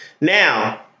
Now